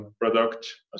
product